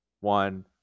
one